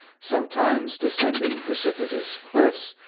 sometimes de scending precipitous cliffs,